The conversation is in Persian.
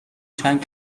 چند